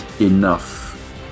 enough